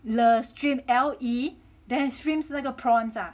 Le Shrimp then shrimp is 那个 prawn